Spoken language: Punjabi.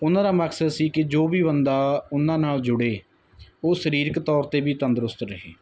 ਉਹਨਾਂ ਦਾ ਮਕਸਦ ਸੀ ਕਿ ਜੋ ਵੀ ਬੰਦਾ ਉਹਨਾਂ ਨਾਲ ਜੁੜੇ ਉਹ ਸਰੀਰਕ ਤੌਰ 'ਤੇ ਵੀ ਤੰਦਰੁਸਤ ਰਹੇ